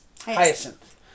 Hyacinth